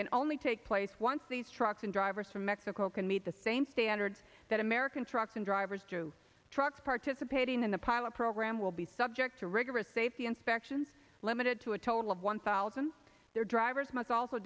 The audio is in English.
can only take place once these trucks and drivers from mexico can meet the same standards that american trucks and drivers do trucks participating in the pilot program will be subject to rigorous safety inspection limited to a total of one thousand their drivers must also